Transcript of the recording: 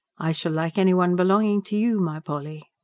i shall like everyone belonging to you, my polly!